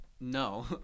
no